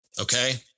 Okay